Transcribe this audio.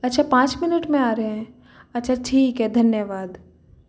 अच्छा पाँच मिनट में आ रहे हैं अच्छा ठीक है धन्यवाद